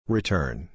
Return